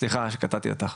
סליחה שקטעתי אותך.